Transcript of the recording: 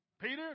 Peter